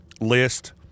list